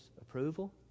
approval